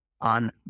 on